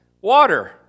water